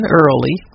early